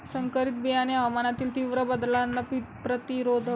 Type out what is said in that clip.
संकरित बियाणे हवामानातील तीव्र बदलांना प्रतिरोधक आणि रोग प्रतिरोधक आहेत